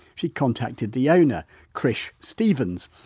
she contacted the owner krish stevens,